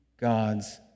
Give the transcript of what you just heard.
God's